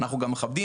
אנחנו גם מכבדים,